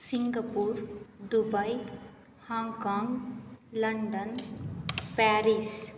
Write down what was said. Singapore Dubai Hong Kong London Paris